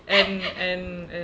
and and and